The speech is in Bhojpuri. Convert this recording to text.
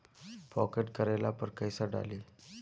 पॉकेट करेला पर कैसे डाली?